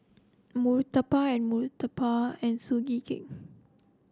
murtabak and murtabak and Sugee Cake